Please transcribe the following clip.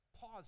Pause